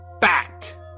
Fact